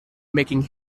making